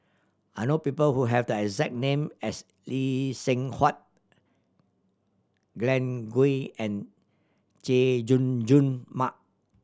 I know people who have the exact name as Lee Seng Huat Glen Goei and Chay Jung Jun Mark